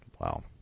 Wow